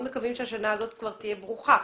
מקווים שהשנה הזאת כבר תהיה ברוכה.